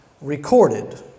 recorded